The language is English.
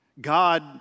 God